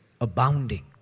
abounding